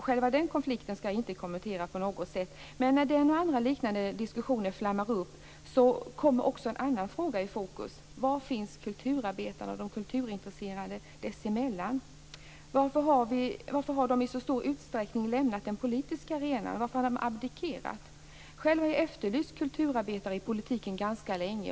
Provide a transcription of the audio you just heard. Själva den konflikten skall jag inte kommentera på något sätt, men när den och andra liknande diskussioner flammar upp kommer också andra frågor i fokus, nämligen: Var finns kulturarbetarna och de kulturintresserade dessemellan? Varför har de i så stor utsträckning lämnat den politiska arenan? Varför har de abdikerat Själv har jag efterlyst kulturarbetare i politiken ganska länge.